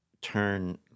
turn